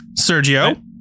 Sergio